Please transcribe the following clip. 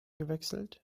gewechselt